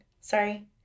Sorry